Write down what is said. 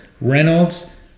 Reynolds